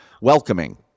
welcoming